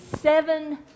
seven